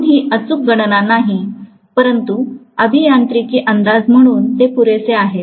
म्हणून ही अचूक गणना नाही परंतु अभियांत्रिकी अंदाज म्हणून ते पुरेसे आहे